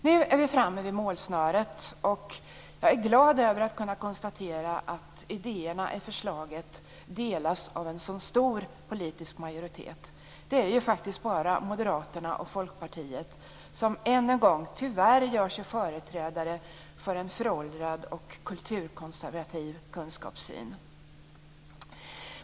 Nu är vi framme vid målsnöret, och jag är glad över att kunna konstatera att idéerna i förslaget delas av en så stor politisk majoritet. Det är ju faktiskt bara Moderaterna och Folkpartiet som än en gång tyvärr gör sig till företrädare till en föråldrad och kulturkonservativ kunskapssyn.